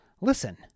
Listen